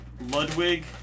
Ludwig